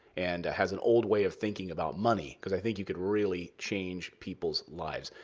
and has an old way of thinking about money. because i think you could really change people's lives,